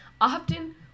often